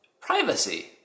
privacy